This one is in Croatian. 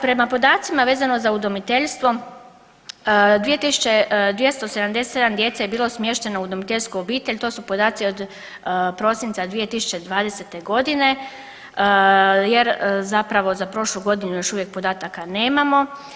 Prema podacima vezano za udomiteljstvo 2 277 djece je bilo smješteno u udomiteljsku obitelj, to su podaci od prosinca 2020. g., jer zapravo, za prošlu godinu još uvijek podataka nemamo.